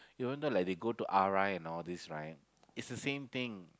you know like they go to R_I all this right is the same thing